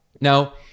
Now